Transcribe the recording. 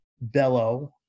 bellow